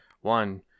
One